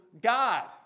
God